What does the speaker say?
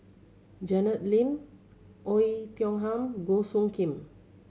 Janet Lim Oei Tiong Ham Goh Soo Khim